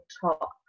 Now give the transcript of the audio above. top